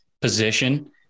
position